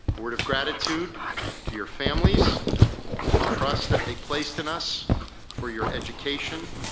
word of gratitude to your families for the trust that they place in us for your education,